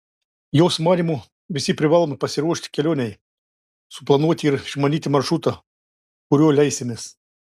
jos manymu visi privalome pasiruošti kelionei suplanuoti ir išmanyti maršrutą kuriuo leisimės